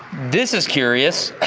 this is curious,